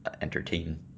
entertain